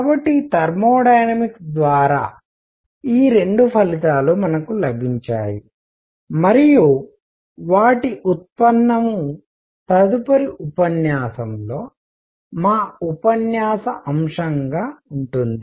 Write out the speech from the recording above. కాబట్టి థర్మోడైనమిక్స్ ద్వారా ఈ రెండు ఫలితాలు మనకు లభించాయి మరియు వాటి ఉత్పన్నండెరివేషన్ తదుపరి ఉపన్యాసంలో మా ఉపన్యాస అంశం గా ఉంటుంది